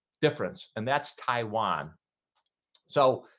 difference and that's taiwan so